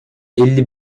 elli